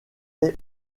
jamais